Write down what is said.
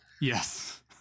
Yes